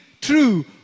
true